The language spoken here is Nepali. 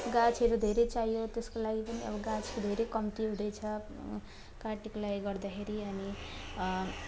गाछहरू धेरै चाहियो त्यसको लागि पनि अब गाछहरू धेरै कम्ती हुँदैछ कार्तिक लागेकोले गर्दाखेरि अनि